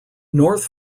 north